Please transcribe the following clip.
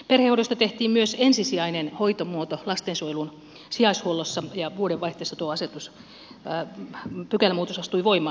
perhehoidosta tehtiin myös ensisijainen hoitomuoto lastensuojelun sijaishuollossa ja vuodenvaihteessa tuo pykälämuutos astui voimaan